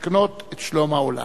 מסכנות את שלום העולם.